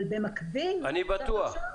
אבל במקביל -- אני בטוח.